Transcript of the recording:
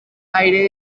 aire